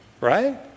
Right